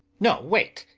no! wait!